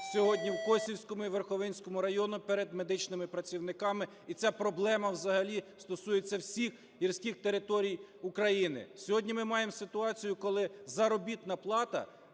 сьогодні в Косівському і Верховинському районах перед медичними працівниками, і ця проблема взагалі стосується всіх гірських територій України. Сьогодні ми маємо ситуацію, коли заробітна плата